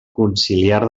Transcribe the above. conciliar